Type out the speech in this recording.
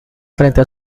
frente